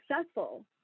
successful